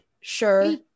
sure